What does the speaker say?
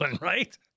right